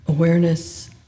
Awareness